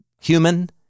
human